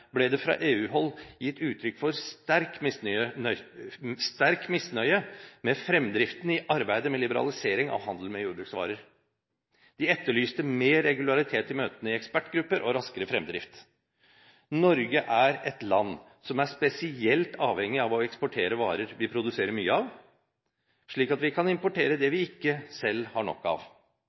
ble det fra EU-hold gitt uttrykk for sterk misnøye med fremdriften i arbeidet med liberalisering av handelen med jordbruksvarer. De etterlyste mer regularitet i møtene i ekspertgrupper og raskere fremdrift. Norge er et land som er spesielt avhengig av å eksportere varer vi produserer mye av, slik at vi kan importere det vi selv ikke har nok av.